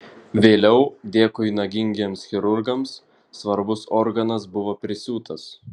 vėliau dėkui nagingiems chirurgams svarbus organas buvo prisiūtas